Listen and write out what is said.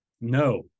no